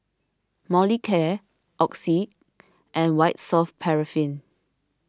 Molicare Oxy and White Soft Paraffin